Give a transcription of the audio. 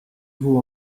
vous